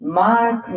mark